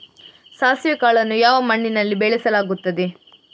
ಸಾಸಿವೆ ಕಾಳನ್ನು ಯಾವ ಮಣ್ಣಿನಲ್ಲಿ ಬೆಳೆಸಲಾಗುತ್ತದೆ?